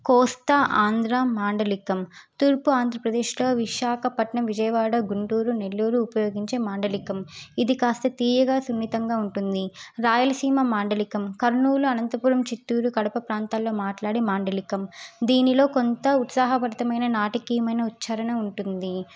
కోస్త ఆంధ్ర మాండలికం తూర్పు ఆంధ్రప్రదేశ్లో విశాఖపట్నం విజయవాడ గుంటూరు నెల్లూరు ఉపయోగించే మాండలికం ఇది కాస్త తీయగా సున్నితంగా ఉంటుంది రాయలసీమ మాండలికం కర్నూలు అనంతపురం చిత్తూరు కడప ప్రాంతాలలో మాట్లాడే మాండలికం దీనిలో కొంత ఉత్సాహభరితమైన నాటికీయమైన ఉచ్చరణ ఉంటుంది